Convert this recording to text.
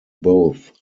both